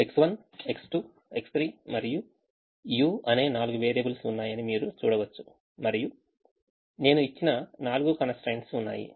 X1 X2 X3 మరియు u అనే నాలుగు వేరియబుల్స్ ఉన్నాయని మీరు చూడవచ్చు మరియు నేను ఇచ్చిన నాలుగు constraints ఉన్నాయి